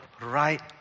right